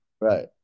Right